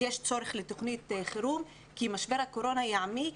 יש צורך בתכנית חירום כי משבר הקורונה יעמיק